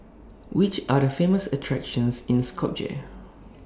Which Are The Famous attractions in Skopje